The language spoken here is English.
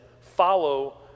follow